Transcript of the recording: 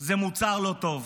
זה מוצר לא טוב